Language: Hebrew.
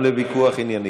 גם לוויכוח ענייני.